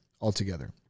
altogether